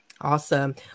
awesome